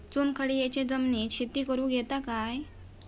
चुनखडीयेच्या जमिनीत शेती करुक येता काय?